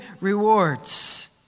rewards